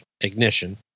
ignition